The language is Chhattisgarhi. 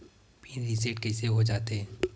पिन रिसेट कइसे हो जाथे?